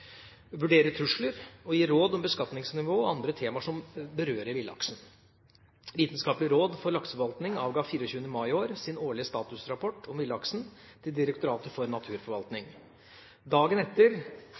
vurderer trusler og gir råd om beskatningsnivå og andre temaer som berører villaksen. Vitenskapelig råd for lakseforvaltning avga 24. mai i år sin årlige statusrapport om villaksen til Direktoratet for